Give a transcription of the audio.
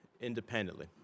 independently